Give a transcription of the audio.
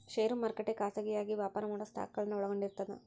ಷೇರು ಮಾರುಕಟ್ಟೆ ಖಾಸಗಿಯಾಗಿ ವ್ಯಾಪಾರ ಮಾಡೊ ಸ್ಟಾಕ್ಗಳನ್ನ ಒಳಗೊಂಡಿರ್ತದ